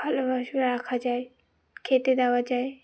ভালোবাসা রাখা যায় খেটে দেওয়া যায়